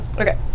Okay